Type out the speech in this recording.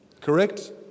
Correct